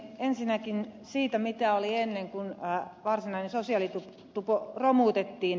ensinnäkin siitä mitä oli ennen kuin varsinainen sosiaalitupo romutettiin